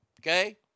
okay